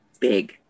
big